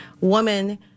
woman